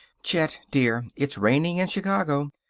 chet, dear, it's raining in chicago.